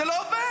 זה לא עובד.